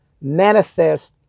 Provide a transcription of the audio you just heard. manifest